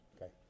Okay